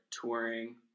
touring